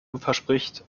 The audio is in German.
verspricht